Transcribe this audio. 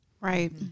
right